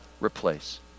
replace